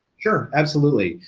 sure, absolutely,